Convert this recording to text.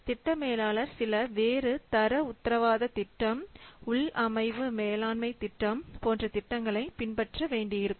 திட்ட மேலாளர்கள் சில வேறு தர உத்தரவாத திட்டம் உள்ளமைவு மேலாண்மை திட்டம் போன்ற திட்டங்களைப் பின்பற்ற வேண்டியிருக்கும்